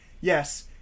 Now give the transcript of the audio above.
yes